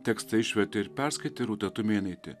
tekstą išvertė ir perskaitė rūta tumėnaitė